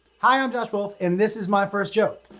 hi i'm josh wolf and this is my first joke.